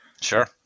Sure